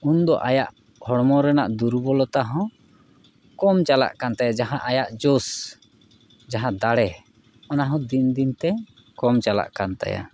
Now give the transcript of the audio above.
ᱩᱱᱫᱚ ᱟᱭᱟᱜ ᱦᱚᱲᱢᱚ ᱨᱮᱱᱟᱜ ᱫᱩᱨᱵᱚᱞᱚᱛᱟ ᱦᱚᱸ ᱠᱚᱢ ᱪᱟᱞᱟᱜ ᱠᱟᱱ ᱛᱟᱭᱟ ᱡᱟᱦᱟᱸ ᱟᱭᱟᱜ ᱡᱚᱥ ᱡᱟᱦᱟᱸ ᱫᱟᱲᱮ ᱚᱱᱟ ᱦᱚᱸ ᱫᱤᱱ ᱫᱤᱱᱛᱮ ᱠᱚᱢ ᱪᱟᱞᱟᱜ ᱠᱟᱱ ᱛᱟᱭᱟ